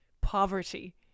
poverty